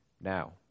now